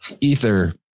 ether